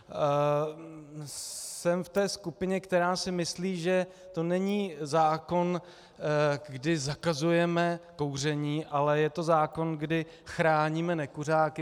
Jsem v té skupině, která si myslí, že to není zákon, kdy zakazujeme kouření, ale je to zákon, kdy chráníme nekuřáky.